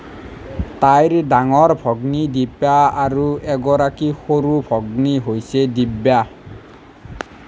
তাইৰ ডাঙৰ ভগ্নী দীপা আৰু এগৰাকী সৰু ভগ্নী হৈছে দিব্যা